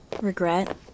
Regret